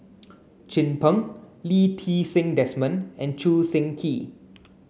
Chin Peng Lee Ti Seng Desmond and Choo Seng Quee